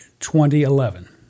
2011